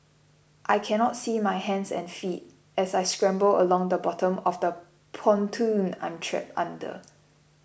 I cannot see my hands and feet as I scramble along the bottom of the pontoon I'm trapped under